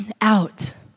out